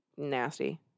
nasty